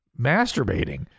masturbating